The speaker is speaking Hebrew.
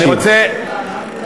אני רוצה,